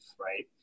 right